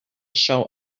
show